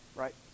right